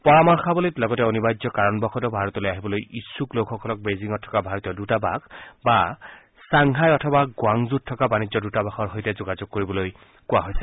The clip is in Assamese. পৰামৰ্শৱলীত লগতে অনিবাৰ্য্য কাৰণবশতঃ ভাৰতলৈ আহিবলৈ ইচ্ছুক লোকসকলক বেইজিঙত থকা ভাৰতীয় দৃতাবাস বা চাংঘাই অথবা গ্ৰাংজুত থকা বাণিজ্য দৃতাবাসৰ সৈতে যোগাযোগ কৰিবলৈ কোৱা হৈছে